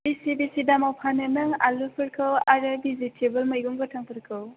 बिसि बिसि दामाव फानो नों आलुफोरखौ आरो भेजिटेबोल मैगं गोथांफोरखौ